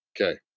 Okay